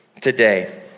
today